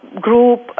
group